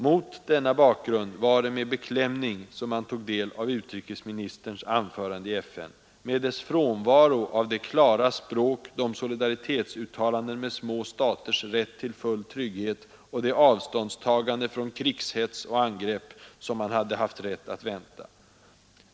Mot denna bakgrund var det med beklämning man tog del av utrikesministerns anförande i FN, med dess frånvaro av det klara språk, de solidaritetsuttalanden för små staters rätt till full trygghet och det avståndstagande från krigshets och angrepp som man hade haft rätt att vänta.